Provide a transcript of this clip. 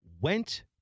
went